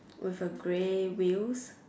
with a grey wheels